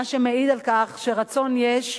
מה שמעיד על כך שרצון יש.